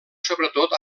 sobretot